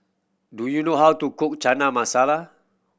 do you know how to cook Chana Masala